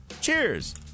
Cheers